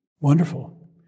wonderful